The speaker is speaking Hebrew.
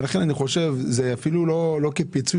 ולכן אני חושב שזה אפילו לא כפיצוי,